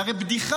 זו הרי בדיחה.